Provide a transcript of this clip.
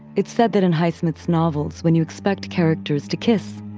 it said that in highsmith's novels, when you expect characters to kiss,